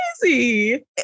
crazy